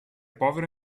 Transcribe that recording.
povero